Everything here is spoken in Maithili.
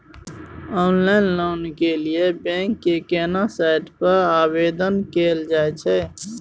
ऑनलाइन लोन के लिए बैंक के केना साइट पर आवेदन कैल जाए छै?